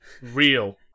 real